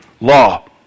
law